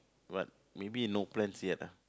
what maybe no plans yet ah